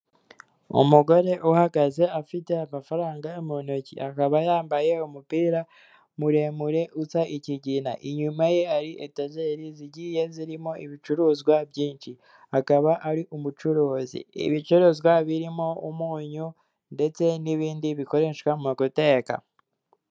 Umugore uhagaze afite amafaranga mu ntoki, akaba yambaye umupira muremure uza ikigina, inyuma ye ari etajeri zigiye zirimo ibicuruzwa byinshi, akaba ari umucuruzi, ibicuruzwa birimo umunyu ndetse n'ibindi bikoreshwa mu guteka.